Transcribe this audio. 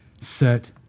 set